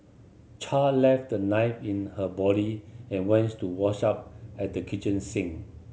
char left the knife in her body and went to wash up at the kitchen sink